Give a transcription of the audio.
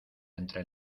entre